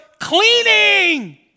cleaning